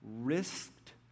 risked